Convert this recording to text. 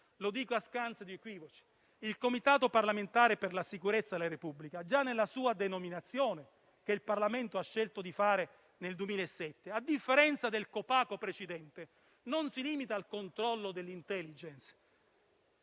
lo dico a scanso di equivoci. Il Comitato parlamentare per la sicurezza della Repubblica, già nella sua denominazione, che il Parlamento ha scelto nel 2007, a differenza del Copaco precedente, non si limita al controllo dell'Intelligence